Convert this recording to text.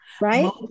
Right